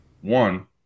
one